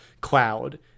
cloud